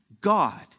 God